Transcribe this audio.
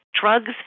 Drugs